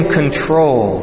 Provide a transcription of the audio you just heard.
control